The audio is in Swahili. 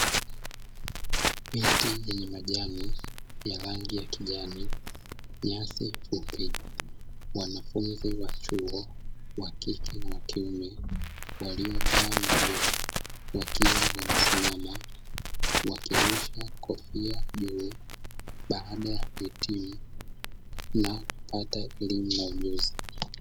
Miti yenye majani ya rangi ya kijani, nyasi fupi, wanafunzi wa chuo wakike na wa kiume, waliovaa majoho wakiwa wamesimama wakirusha kofia juu baada ya kuhitim na kupata elim na ujuzi.